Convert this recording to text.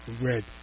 red